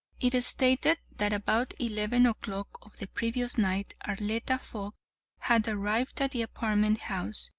it stated that about eleven o'clock of the previous night arletta fogg had arrived at the apartment house,